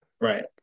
Right